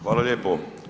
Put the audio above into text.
Hvala lijepo.